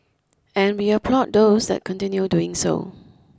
and we applaud those that continue doing so